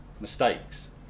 mistakes